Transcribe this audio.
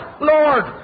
Lord